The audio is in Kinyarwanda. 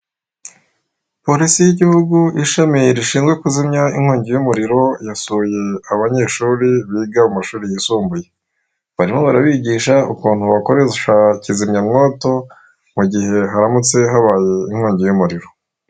Polisi y'igihugu ishami rishinzwe kuzimya inkongi y'umuriro yasuye abanyeshuri biga mu mashuri yisumbuye, barimo barabigisha ukuntu bakoresha kizimyamwoto mu gihe haramutse habaye inkongi y'umuriro.